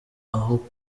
aho